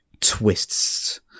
twists